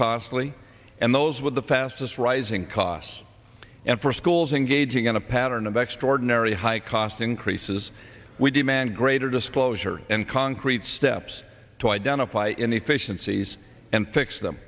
costly and those with the fastest rising cost and for schools engaging in a pattern of extraordinarily high cost increases we demand greater disclosure and concrete steps to identify inefficiencies and fix them